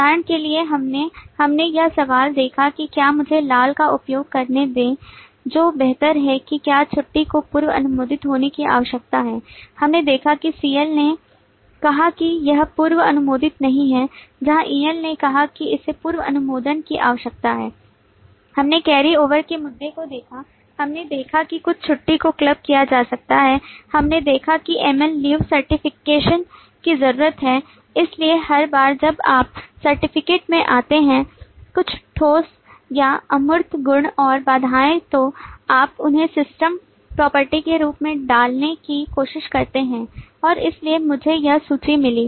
उदाहरण के लिए हमने हमने यह सवाल देखा कि क्या मुझे लाल का उपयोग करने दें जो बेहतर है कि क्या छुट्टी को पूर्व अनुमोदित होने की आवश्यकता है हमने देखा कि CL ने कहा कि यह पूर्व अनुमोदन नहीं है जहां EL ने कहा है कि इसे पूर्व अनुमोदन की आवश्यकता है हमने कैरी ओवर के मुद्दे को देखा हमने देखा कि कुछ छुट्टी को club किया जा सकता है हमने देखा कि ML लीव सर्टिफिकेशन की जरूरत है इसलिए हर बार जब आप सर्टिफिकेट में आते हैं कुछ ठोस या अमूर्त गुण और बाधाएं तो आप उन्हें सिस्टम प्रॉपर्टी के रूप में डालने की कोशिश करते हैं और इसीलिए मुझे यह सूची मिली